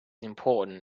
important